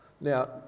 Now